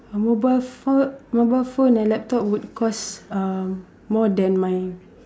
uh mobile ph~ mobile phone and laptop would cost uh more than my